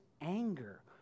anger